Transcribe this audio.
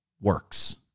works